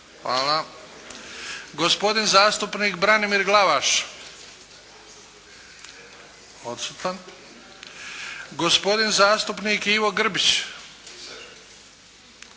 Gajica, gospodin zastupnik Branimir Glavaš odsutan, gospodin zastupnik Ivo Grbić